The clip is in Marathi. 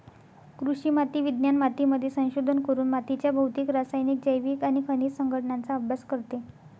कृषी माती विज्ञान मातीमध्ये संशोधन करून मातीच्या भौतिक, रासायनिक, जैविक आणि खनिज संघटनाचा अभ्यास करते